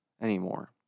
anymore